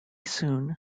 soon